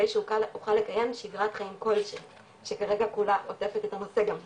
שאוכל לקיים שגרת חיים כלשהי שכרגע כולה עוטפת את הנושא גם היא.